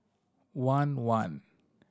one one